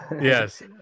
yes